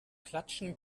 klatschen